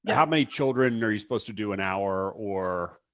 how many children are you supposed to do an hour or?